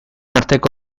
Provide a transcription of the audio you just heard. arteko